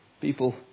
People